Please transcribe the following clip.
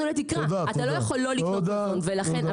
אתה לא יכול לא לקנות מזון, ולכן --- תודה.